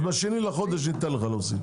אז ב-2 לחודש ניתן לך להוסיף.